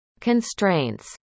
constraints